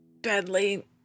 badly